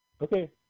Okay